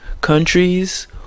countries